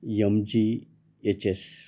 M G H S